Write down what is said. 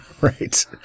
Right